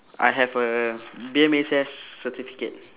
I have a B_M_H_S certificate